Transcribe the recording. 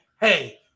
hey